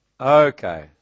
okay